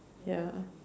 ya